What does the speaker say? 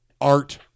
art